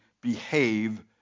behave